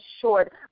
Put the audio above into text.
short